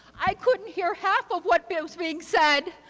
i couldn't hear half of what but was being said.